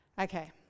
Okay